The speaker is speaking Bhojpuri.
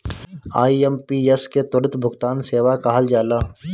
आई.एम.पी.एस के त्वरित भुगतान सेवा कहल जाला